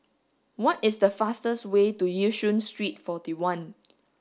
what is the fastest way to Yishun Street forty one